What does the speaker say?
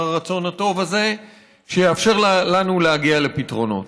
הרצון הטוב הזה שיאפשר לנו להגיע לפתרונות.